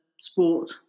sport